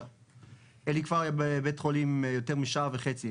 אלי כבר בבית החולים יותר משעה וחצי,